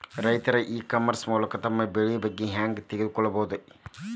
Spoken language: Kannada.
ರೈತರು ಇ ಕಾಮರ್ಸ್ ಮೂಲಕ ತಮ್ಮ ಬೆಳಿ ಬಗ್ಗೆ ಹ್ಯಾಂಗ ತಿಳ್ಕೊಬಹುದ್ರೇ?